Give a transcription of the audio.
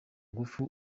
ngufu